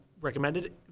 recommended